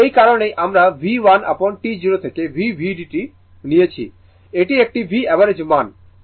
এই কারণেই আমরা V 1 upon T 0 থেকে T vdt নিয়েছি এটি একটি V অ্যাভারেজ মান